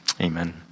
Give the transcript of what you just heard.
Amen